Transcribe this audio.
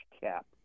cap